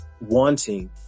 wanting